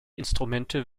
instrumente